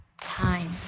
Time